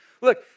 Look